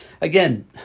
again